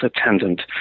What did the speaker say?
attendant